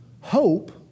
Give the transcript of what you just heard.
hope